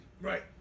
Right